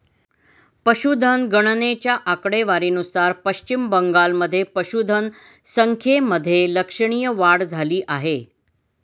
पशुधन गणनेच्या आकडेवारीनुसार पश्चिम बंगालमध्ये पशुधन संख्येमध्ये लक्षणीय वाढ झाली आहे